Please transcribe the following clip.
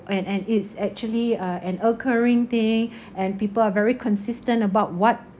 and and it's actually a an occurring thing and people are very consistent about what